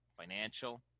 financial